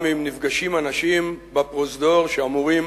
גם אם נפגשים בפרוזדור אנשים שאמורים